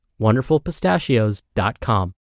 wonderfulpistachios.com